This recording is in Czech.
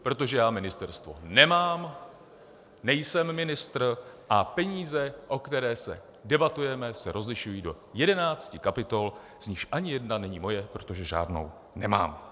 Protože já ministerstvo nemám, nejsem ministr a peníze, o kterých debatujeme, se rozlišují do jedenácti kapitol, z nichž ani jedna není moje, protože žádnou nemám.